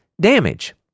damage